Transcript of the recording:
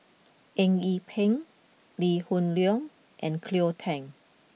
Eng Yee Peng Lee Hoon Leong and Cleo Thang